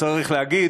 צריך להגיד,